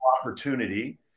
opportunity